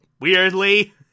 Weirdly